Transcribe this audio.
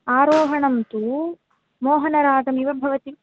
आरोहणं तु मोहनरागम् इव भवति